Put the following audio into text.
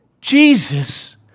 Jesus